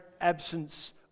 absence